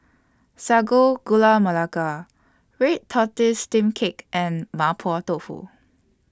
Sago Gula Melaka Red Tortoise Steamed Cake and Mapo Tofu